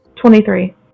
Twenty-three